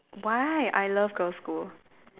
why I love girl school